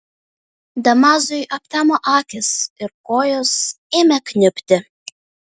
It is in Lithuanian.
damazui aptemo akys ir kojos ėmė kniubti